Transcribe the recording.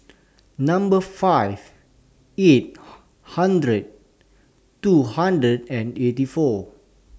Number five eight hundred two hundred and eighty four